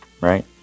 right